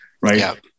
right